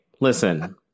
listen